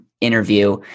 interview